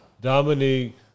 Dominique